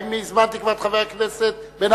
האם הזמנתי כבר את חבר הכנסת בן-ארי?